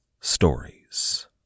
stories